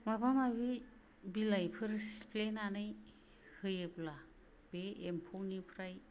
माबा माबि बिलाइफोर सिफ्लेनानै होयोब्ला बे एम्फौनिफ्राय